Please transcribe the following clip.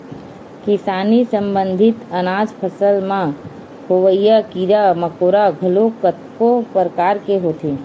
किसानी संबंधित अनाज फसल म होवइया कीरा मकोरा घलोक कतको परकार के होथे